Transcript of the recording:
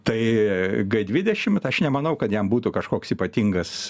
tai dvidešimt aš nemanau kad jam būtų kažkoks ypatingas